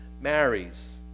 marries